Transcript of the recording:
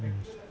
thanks